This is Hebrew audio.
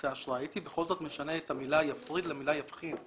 הייתי בכל זאת משנה את המילה 'יפריד' למילה 'יבחין',